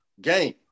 game